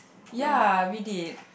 ya we did